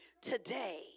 today